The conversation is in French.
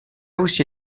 aussi